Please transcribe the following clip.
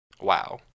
wow